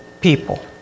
people